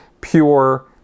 pure